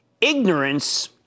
ignorance